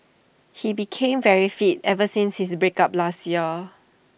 he became very fit ever since his break up last year